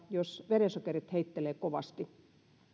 jos diabeetikoilla verensokerit heittelevät kovasti